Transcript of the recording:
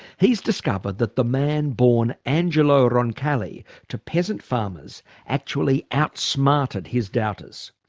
he's discovered that the man born angelo roncalli to peasant farmers actually outsmarted his doubters.